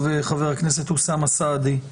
חבר הכנסת אוסאמה סעדי,